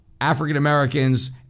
African-Americans